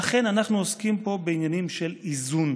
ואכן, אנחנו עוסקים פה בעניינים של איזון.